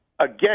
Again